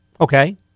Okay